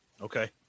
Okay